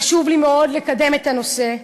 חשוב לי מאוד לקדם את הנושא,